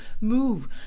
move